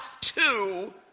two